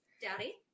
Daddy